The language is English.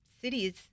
cities